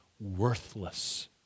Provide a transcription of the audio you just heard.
worthless